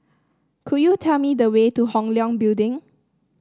could you tell me the way to Hong Leong Building